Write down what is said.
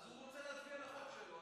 אז הוא רוצה להצביע על החוק שלו,